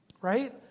Right